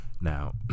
Now